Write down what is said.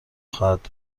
خواهد